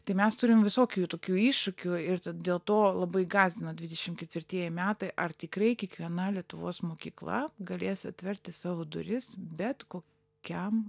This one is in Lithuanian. tai mes turim visokių tokių iššūkių ir tad dėl to labai gąsdina dvidešim ketvirtieji metai ar tikrai kiekviena lietuvos mokykla galės atverti savo duris bet ko kiam